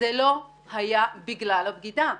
זה לא היה בגלל הבגידה.